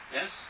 Yes